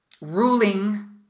ruling